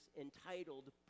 entitled